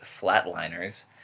Flatliners